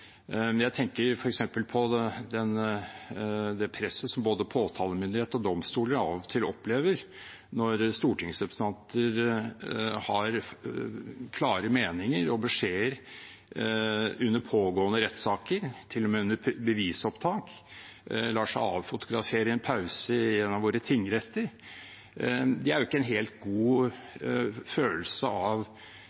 Jeg tenker f.eks. på det presset både påtalemyndighet og domstoler av og til opplever, når stortingsrepresentanter har klare meninger og beskjeder under pågående rettssaker, til og med under bevisopptak, og lar seg avfotografere i en pause i en av våre tingretter. Det er ikke en helt god